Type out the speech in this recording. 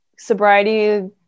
Sobriety